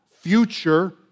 future